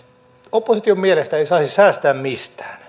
opposition mielestä ei saisi säästää mistään